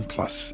Plus